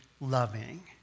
loving